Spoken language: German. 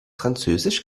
französisch